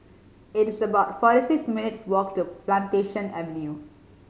it is about forty six minutes' walk to Plantation Avenue